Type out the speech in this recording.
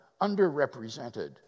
underrepresented